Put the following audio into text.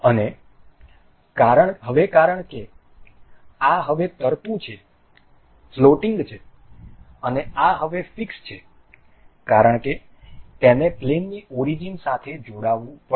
અને હવે કારણ કે આ હવે તરતું છે અને આ હવે ફિક્સ છે કારણ કે તેને પ્લેનની ઓરીજીન સાથે જોડવું પડશે